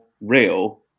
real